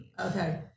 Okay